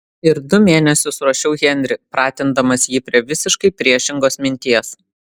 ir du mėnesius ruošiau henrį pratindamas jį prie visiškai priešingos minties